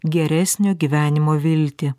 geresnio gyvenimo viltį